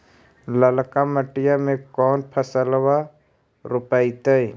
ललका मटीया मे कोन फलबा रोपयतय?